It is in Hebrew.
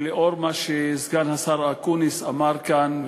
ולנוכח מה שסגן השר אקוניס אמר כאן,